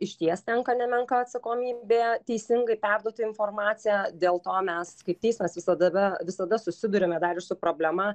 išties tenka nemenka atsakomybė teisingai perduoti informaciją dėl to mes kaip teismas visada ve susiduriame dar ir su problema